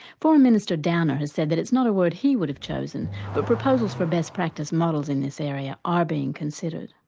foreign minister downer has said that it's not a word he would have chosen, but proposals for best practice models in this area are being considered.